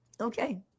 Okay